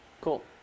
Cool